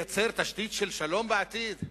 זה מייצר תשתית של שלום בעתיד?